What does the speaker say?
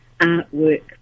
artwork